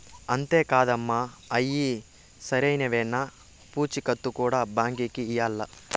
అంతే కాదమ్మ, అయ్యి సరైనవేనన్న పూచీకత్తు కూడా బాంకీకి ఇయ్యాల్ల